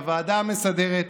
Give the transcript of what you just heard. בוועדה המסדרת: